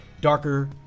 darker